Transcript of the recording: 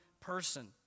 person